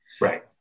right